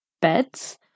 beds